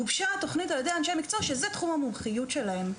גובשה תוכנית על ידי אנשי מקצוע שזה תחום המומחיות שלהם.